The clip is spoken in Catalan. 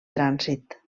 trànsit